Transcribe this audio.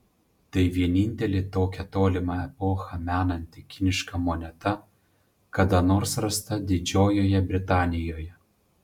tai vienintelė tokią tolimą epochą menanti kiniška moneta kada nors rasta didžiojoje britanijoje